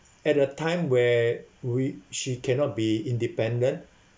at the time where we she cannot be independent